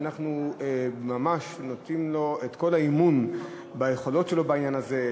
ואנחנו ממש נותנים לו את כל האמון ביכולות שלו בעניין הזה,